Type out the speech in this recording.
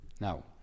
Now